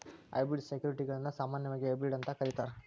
hybrid ಸೆಕ್ಯುರಿಟಿಗಳನ್ನ ಸಾಮಾನ್ಯವಾಗಿ hybrid ಅಂತ ಕರೇತಾರ